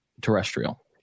terrestrial